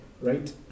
right